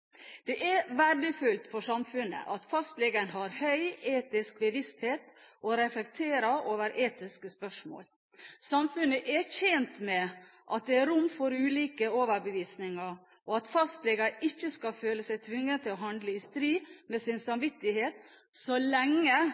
Det er verdifullt for samfunnet at fastlegen har høy etisk bevissthet og reflekterer over etiske spørsmål. Samfunnet er tjent med at det er rom for ulike overbevisninger og at fastleger ikke skal føle seg tvunget til å handle i strid med sin samvittighet, så lenge